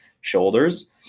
shoulders